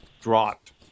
dropped